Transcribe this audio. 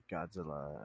Godzilla